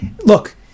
look